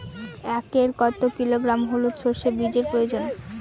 একরে কত কিলোগ্রাম হলুদ সরষে বীজের প্রয়োজন?